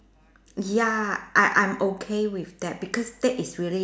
ya I I'm okay with that because that is really